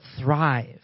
thrive